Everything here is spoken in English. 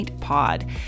Pod